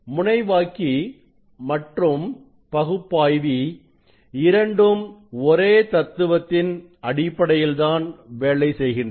முனைவாக்கி மற்றும் பகுப்பாய்வி இரண்டும் ஒரே தத்துவத்தின் அடிப்படையில் தான் வேலை செய்கின்றன